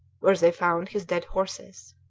where they found his dead horses.